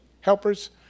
helpers